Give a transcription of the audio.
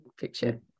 picture